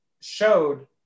showed